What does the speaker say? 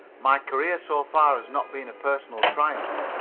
my career so far has not been a personal triumph.